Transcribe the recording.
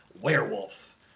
Werewolf